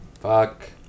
Fuck